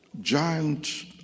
giant